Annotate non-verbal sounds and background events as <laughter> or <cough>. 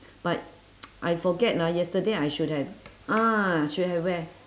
but <noise> I forget lah yesterday I should have ah should have wear